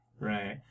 right